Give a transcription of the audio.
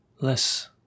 less